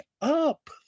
up